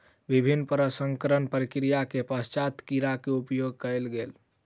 विभिन्न प्रसंस्करणक प्रक्रिया के पश्चात कीड़ा के उपयोग कयल गेल